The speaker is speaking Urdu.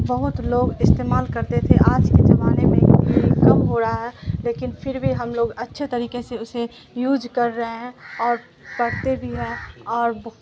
بہت لوگ استعمال کرتے تھے آج کے زمانے میں کم ہو رہا ہے لیکن پھر بھی ہم لوگ اچھے طریقے سے اسے یوج کر رہے ہیں اور پڑھتے بھی ہیں اور